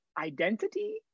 identity